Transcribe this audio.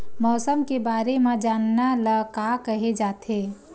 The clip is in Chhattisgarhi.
मौसम के बारे म जानना ल का कहे जाथे?